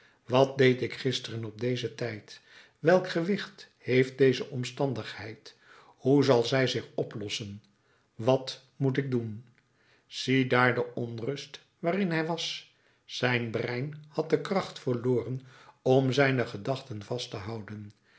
wat deed ik gisteren op dezen tijd welk gewicht heeft deze omstandigheid hoe zal zij zich oplossen wat moet ik doen ziedaar de onrust waarin hij was zijn brein had de kracht verloren om zijne gedachten vast te houden